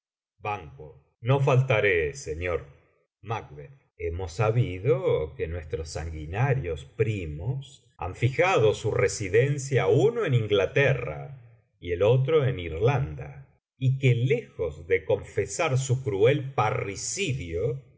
fiesta no faltaré señor hemos sabido que nuestros sanguinarios primos han fijado su residencia uno en inglaterra y el otro en irlanda y que lejos de confesar su cruel parricidio